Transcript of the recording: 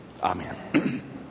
Amen